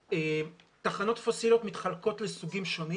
תחנות פוסיליות מתחלקות לסוגים שונים